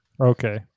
Okay